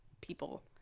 people